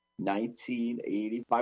1985